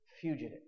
fugitive